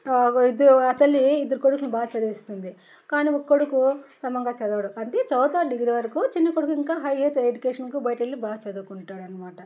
అయితే ఆ తల్లి ఇద్దరి కొడుకులని బాగా చదివిస్తుంది కానీ ఒక కొడుకు సమంగా చదువడు అంటే చదువుతాడు డిగ్రీ వరకు చిన్న కొడుకు ఇంక హైయర్ ఎడ్యుకేషన్కు బయటికి వెళ్ళి బాగా చదువుకుంటాడు అన్నమాట